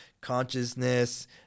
consciousness